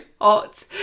hot